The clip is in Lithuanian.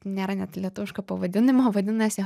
nėra net lietuviško pavadinimo vadinasi